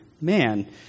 man